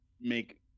make